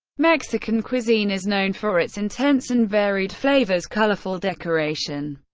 mexican cuisine is known for its intense and varied flavors, colorful decoration,